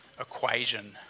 equation